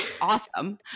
awesome